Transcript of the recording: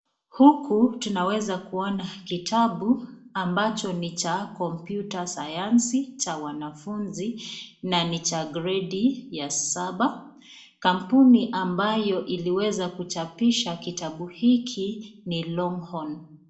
Huku tunaweza kuona kitabu ambacho ni cha Computer Science cha wanafunzi na ni cha gredi ya saba. Kambuni ambayo iliweza kujabisha kitabu hiki nii Longhorn.